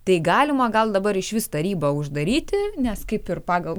tai galima gal dabar išvis tarybą uždaryti nes kaip ir pagal